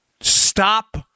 stop